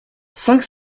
cinq